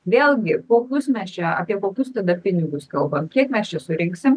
vėlgi po pusmečio apie kokius tada pinigus kalbam kiek mes čia surinksim